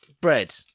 Bread